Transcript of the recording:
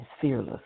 fearless